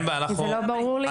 כי זה לא ברור לי.